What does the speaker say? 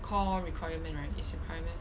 core requirement right is requirement for